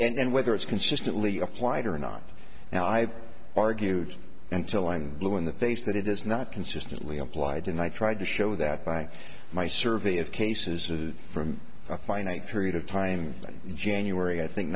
now and whether it's consistently applied or not and i've argued until i'm blue in the face that it is not consistently applied and i tried to show that by my survey of cases from a finite period of time in january i think